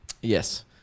Yes